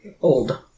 Old